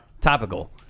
topical